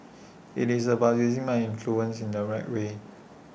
IT is about using my influence in the right way